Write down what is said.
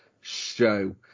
show